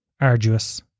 arduous